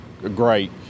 great